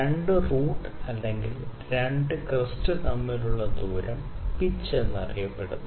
2 root അല്ലെങ്കിൽ 2 crest തമ്മിലുള്ള ദൂരം പിച്ച് എന്നറിയപ്പെടുന്നു